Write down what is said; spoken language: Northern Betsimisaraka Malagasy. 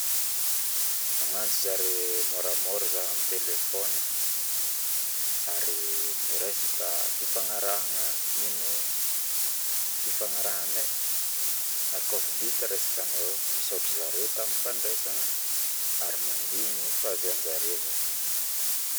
Magnatso zareo moramora zaho aminy telfony e ari miresaka fifagnarahagna ino fifagnarahanay ary koa fa vita resaka anay misaotra zare taminy fandresagna ary mandigny fiavinjare zaho